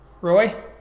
Roy